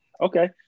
Okay